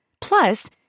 Plus